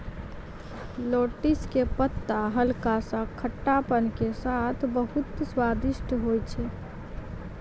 lettuce के पत्ता हल्का सा खट्टापन के साथॅ बहुत स्वादिष्ट होय छै